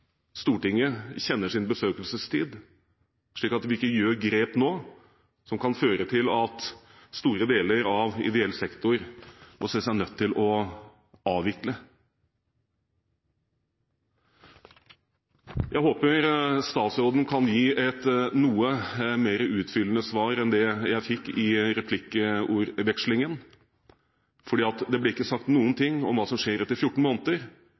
Stortinget kjenner sin besøkelsestid, slik at vi ikke gjør grep nå som kan føre til at store deler av ideell sektor må se seg nødt til å avvikle. Jeg håper statsråden kan gi et noe mer utfyllende svar enn det jeg fikk i replikkordvekslingen, for det ble ikke sagt noe om hva som skjer etter 14 måneder.